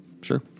sure